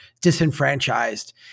disenfranchised